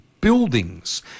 buildings